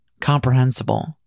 comprehensible